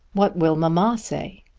what will mamma say?